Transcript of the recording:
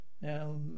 Now